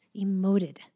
emoted